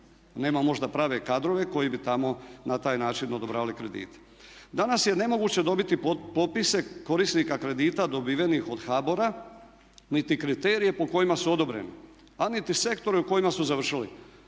nema možda prave kadrove koji bi tamo na taj način odobravali kredite. Danas je nemoguće dobiti popise korisnika kredita dobivenih od HBOR-a niti kriterije po kojima su odobreni, a niti sektore u kojima su završili.